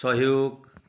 सहयोग